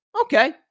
Okay